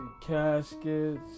Caskets